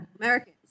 Americans